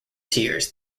tiers